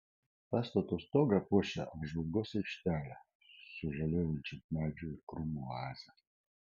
pastato stogą puošia apžvalgos aikštelė su žaliuojančių medžių ir krūmų oaze